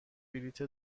بلیط